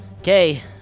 Okay